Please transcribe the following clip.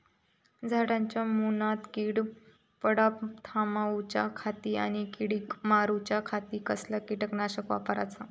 झाडांच्या मूनात कीड पडाप थामाउच्या खाती आणि किडीक मारूच्याखाती कसला किटकनाशक वापराचा?